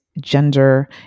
gender